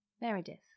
Meredith